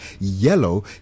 Yellow